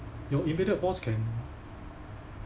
your immediate boss can